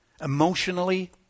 Emotionally